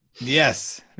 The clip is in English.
Yes